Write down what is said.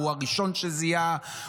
הוא הראשון שזיהה,